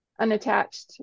unattached